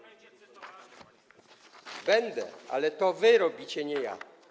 Będę, ale to wy robicie, nie ja.